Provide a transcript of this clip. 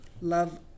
love